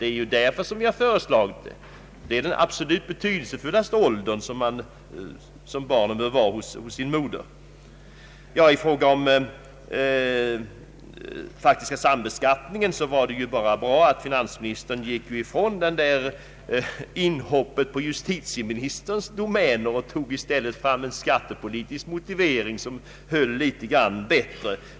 Det är betydelsefullt att barnet då får vara hos sin moder, och det är därför vi har föreslagit detta. I fråga om den faktiska sambeskattningen var det bara bra att finansministern gick ifrån inhoppet på justitieministerns domäner och i stället tog fram en skattepolitisk motivering, som håller bättre.